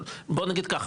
בוא נגיד ככה,